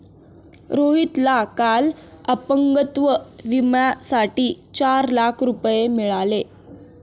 रोहितला काल अपंगत्व विम्यासाठी चार लाख रुपये मिळाले